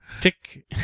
Tick